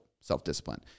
self-discipline